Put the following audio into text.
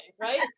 Right